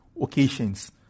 occasions